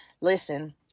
listen